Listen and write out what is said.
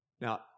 Now